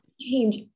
change